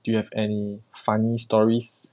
do you have any funny stories